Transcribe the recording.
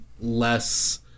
less